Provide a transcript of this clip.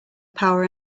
power